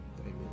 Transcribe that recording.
amen